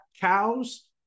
cows